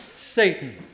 Satan